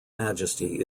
majesty